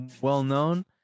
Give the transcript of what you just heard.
well-known